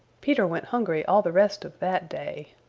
peter went hungry all the rest of that day.